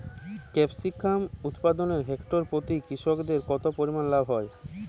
Capsicum উৎপাদনে hectare প্রতি কৃষকের কত পরিমান লাভ হয়?